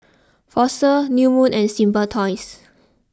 Fossil New Moon and Simply Toys